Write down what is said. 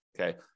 Okay